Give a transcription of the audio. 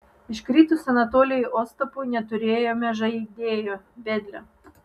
iškritus anatolijui ostapui neturėjome žaidėjo vedlio